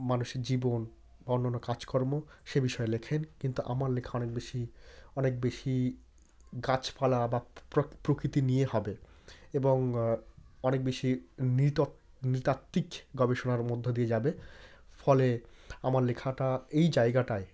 মানুষের জীবন অন্যান্য কাজকর্ম সে বিষয়ে লেখেন কিন্তু আমার লেখা অনেক বেশি অনেক বেশি গাছপালা বা প্রকৃতি নিয়ে হবে এবং অনেক বেশি নৃতত্ত্ব নৃতাত্ত্বিক গবেষণার মধ্য দিয়ে যাবে ফলে আমার লেখাটা এই জায়গায়টায়